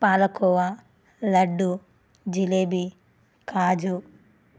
palkova laddu jalebi కాజు